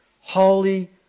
Holy